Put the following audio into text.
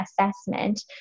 assessment